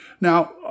Now